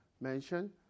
mention